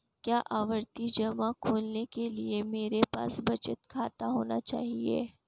क्या आवर्ती जमा खोलने के लिए मेरे पास बचत खाता होना चाहिए?